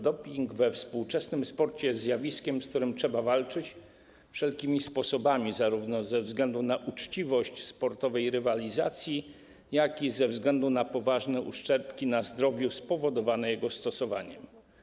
Doping we współczesnym sporcie jest zjawiskiem, z którym trzeba walczyć wszelkimi sposobami, zarówno ze względu na uczciwość sportowej rywalizacji, jak i ze względu na poważne uszczerbki na zdrowiu spowodowane jego stosowaniem.